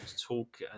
talk